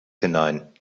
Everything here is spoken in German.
hinein